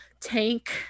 tank